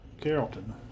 Carrollton